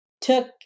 took